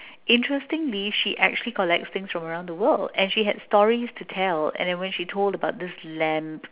interestingly she actually collects things around the world and she had stories to tell and when she told about this lamp